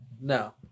No